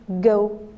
go